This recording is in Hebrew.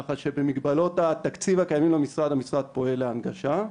ככה שבמגבלות התקציב הקיימים למשרד המשרד פועל להנגשה.